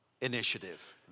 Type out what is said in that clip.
initiative